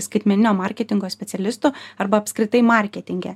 skaitmeninio marketingo specialistu arba apskritai marketinge